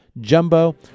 jumbo